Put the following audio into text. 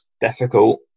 difficult